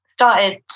Started